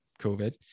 COVID